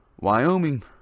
wyoming